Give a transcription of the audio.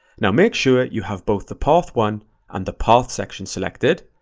now make sure you have both the path one and the path section selected,